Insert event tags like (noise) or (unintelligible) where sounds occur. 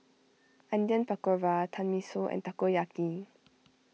(unintelligible) Pakora Tenmusu and Takoyaki